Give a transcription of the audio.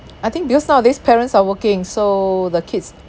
I think because nowadays parents are working so the kids